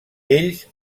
ells